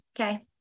okay